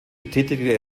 betätigte